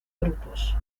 grupos